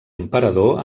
emperador